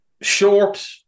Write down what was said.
Short